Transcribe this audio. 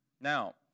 Now